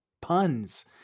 puns